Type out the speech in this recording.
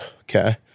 Okay